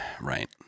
Right